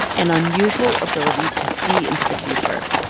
an unusual ability to see into the future.